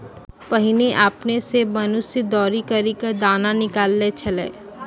पहिने आपने सें मनुष्य दौरी करि क दाना निकालै छलै